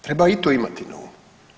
Treba i to imati na umu.